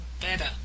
better